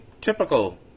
typical